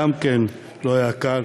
גם כן לא היה קל,